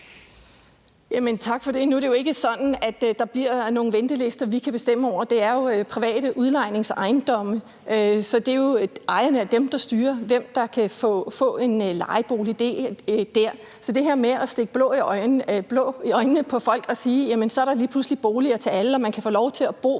for det. Nu er det jo ikke sådan, at der bliver nogle ventelister, vi kan bestemme over. Det er jo private udlejningsejendomme, så det er jo ejerne af dem, der styrer, hvem der kan få lejebolig der. Så i forhold til det her med at stikke blår i øjnene på folk og sige, at så er der lige pludselig boliger til alle og man kan få lov til at bo,